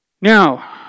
Now